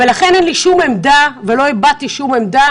לכן אין לי שום עמדה ולא הבעתי שום עמדה,